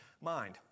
mind